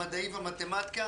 המדעים והמתמטיקה,